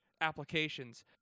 applications